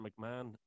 McMahon